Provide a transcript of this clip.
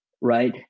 right